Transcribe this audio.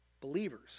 believers